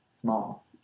small